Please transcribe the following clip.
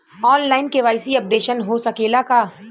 आन line KYC updation हो सकेला का?